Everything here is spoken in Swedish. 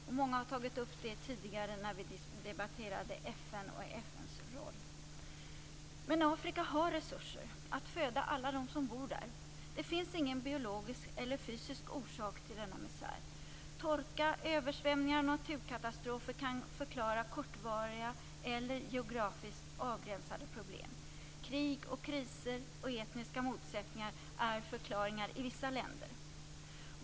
Också många andra har tidigare tagit upp detta i samband med att vi debatterade FN Men Afrika har resurser att föda alla dem som bor där. Det finns ingen biologisk eller fysisk orsak till denna misär. Torka, översvämningar och naturkatastrofer kan förklara kortvariga eller geografiskt avgränsade problem. Krig, kriser och etniska motsättningar är förklaringar i vissa länder.